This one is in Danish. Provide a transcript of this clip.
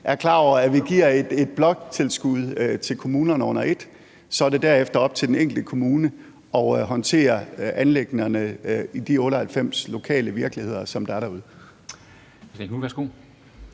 er klar over, at vi giver et bloktilskud til kommunerne under et, og så er det derefter op til den enkelte kommune at håndtere anliggenderne i de 98 lokale virkeligheder, som der er derude.